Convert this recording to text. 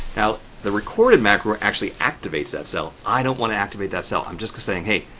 now, the recorded macro actually activates that cell. i don't want to activate that cell. i'm just saying, hey,